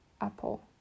apple